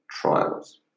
Trials